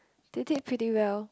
they did pretty well